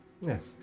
Yes